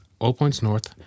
allpointsnorth